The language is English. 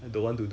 orh